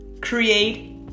create